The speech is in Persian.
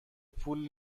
پول